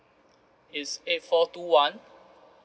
it's eight four two one